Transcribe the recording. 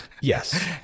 Yes